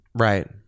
Right